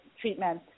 treatment